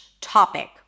topic